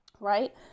right